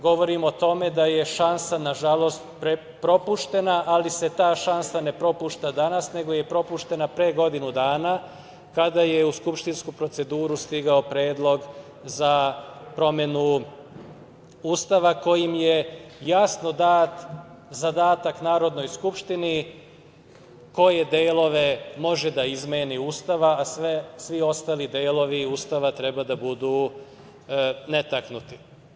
Govorim o tome da je šansa, nažalost, propuštena, ali se ta šansa ne propušta danas, nego je propuštena pre godinu dana, kada je u skupštinsku proceduru stigao Predlog za promenu Ustava, kojim je jasno dat zadatak Narodnoj skupštini koje delove može da izmeni Ustava, a svi ostali delovi Ustava treba da budu netaknuti.